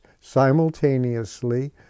simultaneously